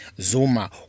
Zuma